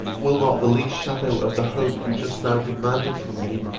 will not the least shadow of the hope you just now demanded from me,